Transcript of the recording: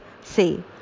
say